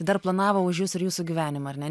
dar planavo už jus ir jūsų gyvenimą ar ne